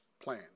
plan